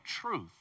truth